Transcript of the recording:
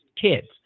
kids